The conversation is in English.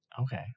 Okay